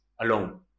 alone